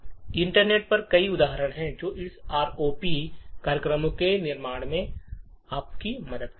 internet पर कई उपकरण हैं जो इन आरओपी कार्यक्रमों के निर्माण में आपकी मदद करेंगे